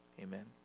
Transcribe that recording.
amen